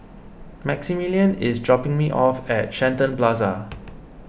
Maximilian is dropping me off at Shenton Plaza